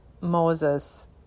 Moses